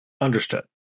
Understood